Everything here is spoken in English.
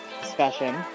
discussion